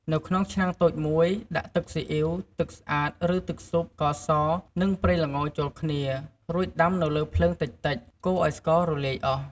នៅក្នុងឆ្នាំងតូចមួយ ដាក់ទឹកស៊ីអុីវ ទឹកស្អាតឬទឹកស៊ុប ស្ករស និងប្រេងល្ងចូលគ្នា រួចដាំនៅលើភ្លើងតិចៗ កូរឲ្យស្កររលាយអស់។។